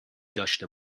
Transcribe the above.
داشته